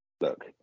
look